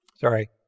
Sorry